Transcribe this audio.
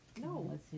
No